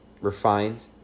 refined